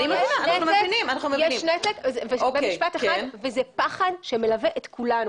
נכון, יש נתק, במשפט אחד וזה פחד שמלווה את כולנו.